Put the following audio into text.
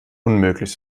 unmöglich